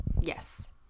Yes